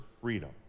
freedom